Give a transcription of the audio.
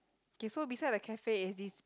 okay so beside the cafe is this